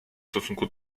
stosunku